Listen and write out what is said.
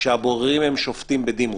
כשהבוררים הם שופטים בדימוס.